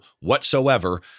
whatsoever